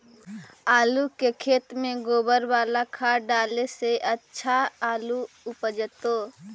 आलु के खेत में गोबर बाला खाद डाले से अच्छा आलु उपजतै?